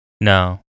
No